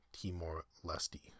Timor-Leste